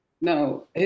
No